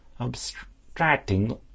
abstracting